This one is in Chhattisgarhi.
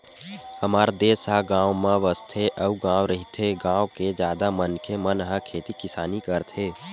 हमर देस ह गाँव म बसथे अउ गॉव रहिथे, गाँव के जादा मनखे मन ह खेती किसानी करथे